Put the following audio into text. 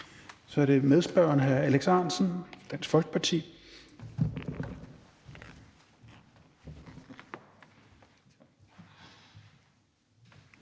Så er det medspørgeren, hr. Alex Ahrendtsen, Dansk Folkeparti.